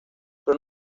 però